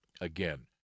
again